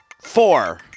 Four